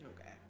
Okay